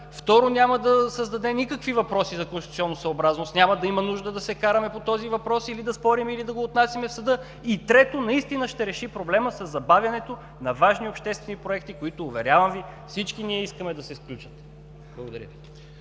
второ, няма да създаде никакви въпроси за конституционосъобразност, няма да има нужда да се караме по този въпрос, да спорим или да го отнасяме в съда, и, трето, наистина ще реши проблема със забавянето на важни обществени проекти, които, уверявам Ви, всички ние искаме да се случат. Благодаря Ви.